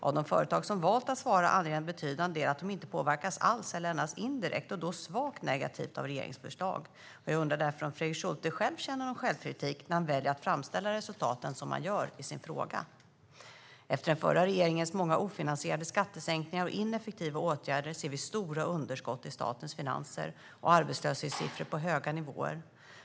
Av de företag som valt att svara anger en betydande del att de inte påverkas alls eller endast indirekt och då svagt negativt av regeringens förslag. Jag undrar därför om Fredrik Schulte själv känner någon självkritik när han väljer att framställa resultaten som han gör i sin fråga. Efter den förra regeringens många ofinansierade skattesänkningar och ineffektiva åtgärder ser vi stora underskott i statens finanser och arbetslöshetssiffror på höga nivåer.